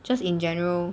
just in general